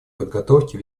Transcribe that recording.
подготовке